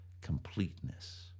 completeness